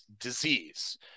disease